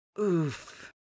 Oof